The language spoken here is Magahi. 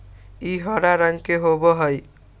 ई हरा रंग के होबा हई